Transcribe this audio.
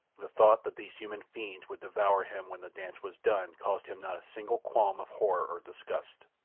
the thought that these human fiends would devour him when the dance was done caused him not a single qualm of horror or disgust.